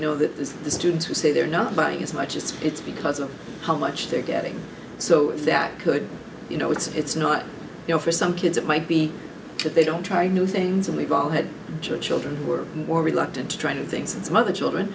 know that this is the students who say they're not buying as much as it's because of how much they're getting so that could you know it's not you know for some kids it might be that they don't try new things and we've all had children who are more reluctant to try to do things and some other children